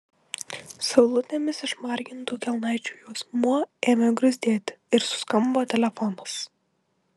saulutėmis išmargintų kelnaičių juosmuo ėmė gruzdėti ir suskambo telefonas